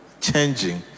changing